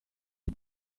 iki